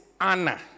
Anna